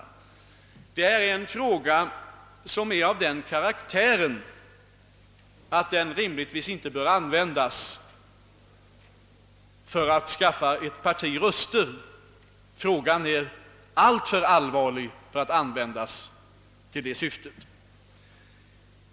Denna fråga är av sådan karaktär att den rimligtvis inte bör användas för att skaffa ett parti röster; den är alltför allvarlig för att utnyttjas 1 detta syfte.